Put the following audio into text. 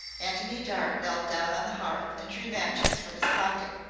antony dart knelt down on the hearth and drew matches from his pocket.